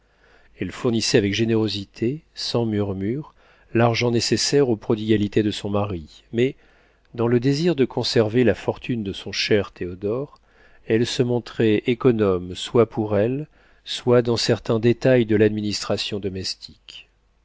elle fournissait avec générosité sans murmure l'argent nécessaire aux prodigalités de son mari mais dans le désir de conserver la fortune de son cher théodore elle se montrait économe soit pour elle soit dans certains détails de l'administration domestique